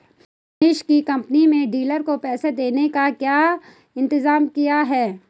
रमेश की कंपनी में डीलर को पैसा देने का क्या इंतजाम किया है?